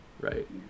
right